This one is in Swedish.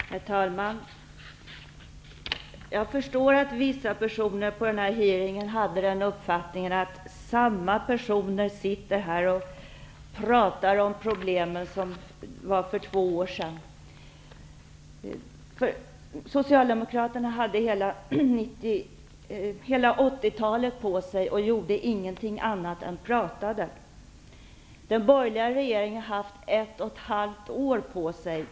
Herr talman! Jag förstår att vissa som deltog i hearingen har uppfattningen att samma personer sitter och pratar om de problem vi hade för två år sedan. Socialdemokraterna hade hela 1980-talet på sig och gjorde ingenting annat än pratade. Den borgerliga regeringen har haft ett och ett halvt år på sig.